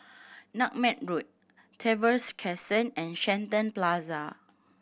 Nutmeg Road Trevose Crescent and Shenton Plaza